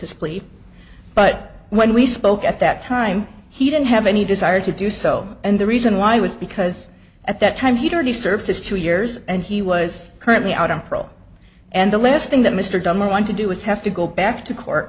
plea but when we spoke at that time he didn't have any desire to do so and the reason why was because at that time he'd already served just two years and he was currently out on parole and the last thing that mr dahmer want to do is have to go back to court